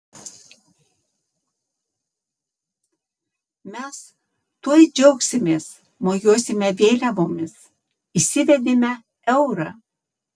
mes tuoj džiaugsimės mojuosime vėliavomis įsivedėme eurą